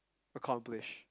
accomplish